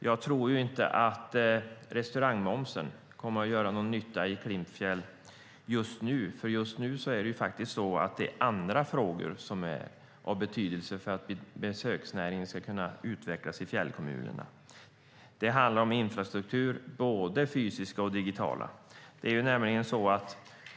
Jag tror inte att den halverade restaurangmomsen kommer att göra någon nytta i Klimpfjäll just nu, för just nu är det andra frågor som är av betydelse för att besöksnäringen ska kunna utvecklas i fjällkommunerna. Det handlar om infrastruktur, både den fysiska och den digitala.